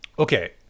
Okay